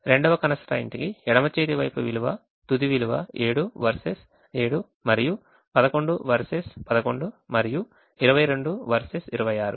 రెండవ constraint కి ఎడమ చేతి వైపు విలువ తుది విలువ 7 వర్సెస్ 7 మరియు 11 వర్సెస్ 11 మరియు 22 వర్సెస్ 26